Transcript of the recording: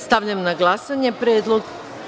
Stavljam na glasanje ovaj predlog.